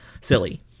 silly